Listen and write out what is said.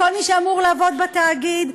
כל מי שאמור לעבוד בתאגיד,